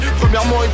premièrement